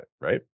Right